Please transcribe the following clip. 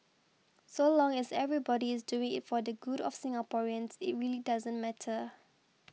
so long as everybody is doing it for the good of Singaporeans it really doesn't matter